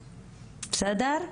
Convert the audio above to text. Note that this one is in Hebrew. בסדר?